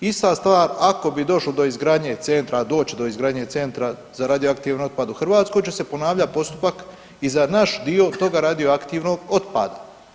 Ista stvar, ako bi došlo do izgradnje centra, a doći će do izgradnje centra za radioaktivni otpad u Hrvatskoj će se ponavljati postupak i za naš dio toga radio aktivnog otpada.